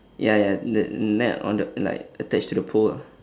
ya ya the net on the like attached to the pole lah